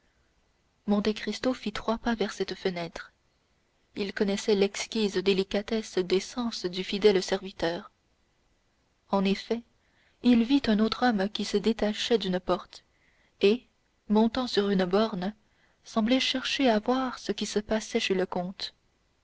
rue monte cristo fit trois pas vers cette fenêtre il connaissait l'exquise délicatesse des sens du fidèle serviteur en effet il vit un autre homme qui se détachait d'une porte et montant sur une borne semblait chercher à voir ce qui se passait chez le comte